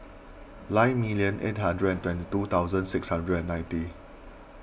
nine million eight hundred and twenty two thousand six hundred and ninety